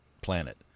planet